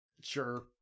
Sure